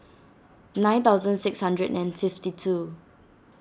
nine thousand six hundred and fifty two